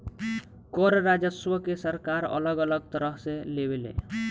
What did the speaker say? कर राजस्व के सरकार अलग अलग तरह से लेवे ले